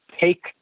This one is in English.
take